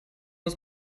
ist